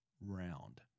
round